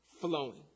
flowing